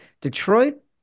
Detroit